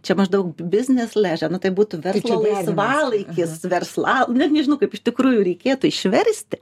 čia maždaug biznis leže nu tai būtų verslo laisvalaikis versla net nežinau kaip iš tikrųjų reikėtų išversti